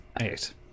Eight